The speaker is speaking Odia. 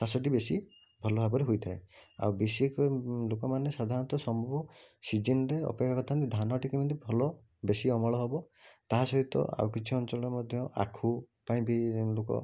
ଚାଷଟି ବେଶୀ ଭଲ ଭାବରେ ହୋଇଥାଏ ଆଉ ଲୋକମାନେ ସାଧାରଣତଃ ସମ୍ଭବ ସିଜିନରେ ଅପେକ୍ଷା କରିଥାନ୍ତି ଧାନଟି କେମିତି ଭଲ ବେଶୀ ଅମଳ ହେବ ତାସହିତ ଆଉ କିଛି ଅଞ୍ଚଳରେ ମଧ୍ୟ ଆଖୁ ପାଇଁ ବି ଲୋକ